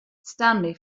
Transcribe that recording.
stanley